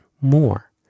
more